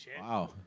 Wow